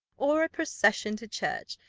or procession to church.